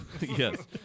Yes